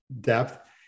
depth